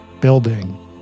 building